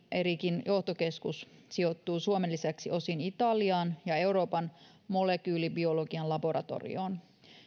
ericin johtokeskus sijoittuu suomen lisäksi osin italiaan ja euroopan molekyylibiologian laboratorioon